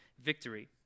victory